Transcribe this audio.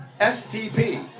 STP